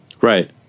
right